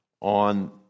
on